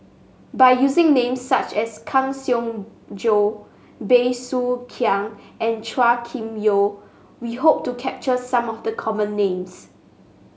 by using names such as Kang Siong Joo Bey Soo Khiang and Chua Kim Yeow we hope to capture some of the common names